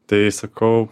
tai sakau